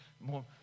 more